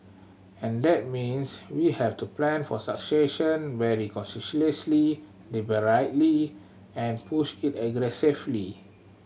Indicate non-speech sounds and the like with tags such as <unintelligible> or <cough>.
and that means we have to plan for succession very consciously <unintelligible> and push it aggressively